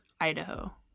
idaho